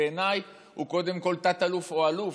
שבעיניי הוא קודם כל תת-אלוף או אלוף,